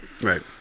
right